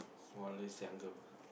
smallest younger